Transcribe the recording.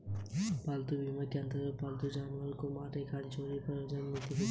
पालतू बीमा के अंतर्गत पालतू जानवर के मरने, खो जाने, चोरी हो जाने पर कुछ नीतियां भुगतान करेंगी